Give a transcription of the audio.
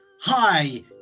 Hi